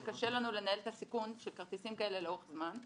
זה קשה לנו לנהל את הסיכון של כרטיסים כאלה לאורך זמן,